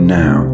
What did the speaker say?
now